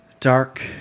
dark